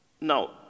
Now